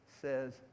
says